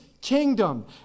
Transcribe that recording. kingdom